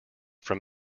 from